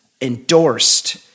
endorsed